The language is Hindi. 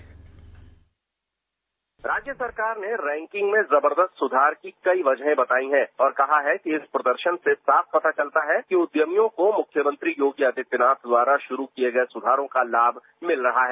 डिस्पैच राज्य सरकार ने रैंकिंग में जबरदस्त सुधार की कई वजहें बताई हैं और कहा है कि इस प्रदर्शन से साफ पता चलता है कि उद्यमियों को मुख्यमंत्री योगी आदित्यनाथ द्वारा शुरू किये गये सुधारों का लाभ मिल रहा है